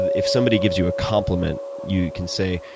if somebody gives you a compliment, you can say,